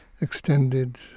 extended